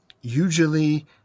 usually